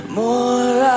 more